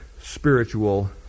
spiritual